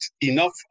enough